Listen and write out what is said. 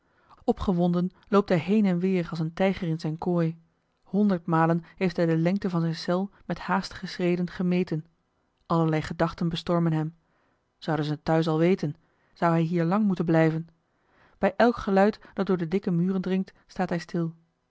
opgewonden loopt hij heen en weer als een tijger in zijn kooi honderd malen heeft hij de lengte van zijn cel met haastige schreden gemeten allerlei gedachten bestormen hem zouden ze het thuis al weten zou hij hier lang moeten blijven bij elk geluid dat door de dikke muren dringt staat hij stil